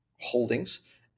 holdings